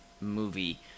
movie